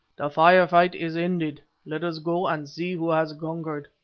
the fire-fight is ended, let us go and see who has conquered.